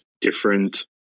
different